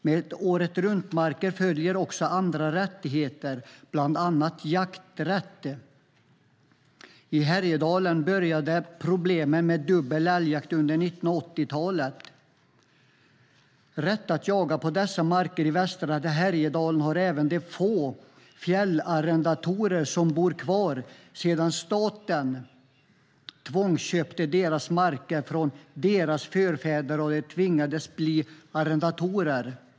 Med året-runt-marker följer också andra rättigheter, bland annat jakträtt. I Härjedalen började problemen med dubbel älgjakt under 1980-talet. Rätt att jaga på dessa marker i västra Härjedalen har även de få fjällarrendatorer som bor kvar sedan staten tvångsköpte deras marker från deras förfäder och de tvingades bli arrendatorer.